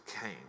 came